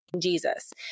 Jesus